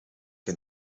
que